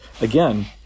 again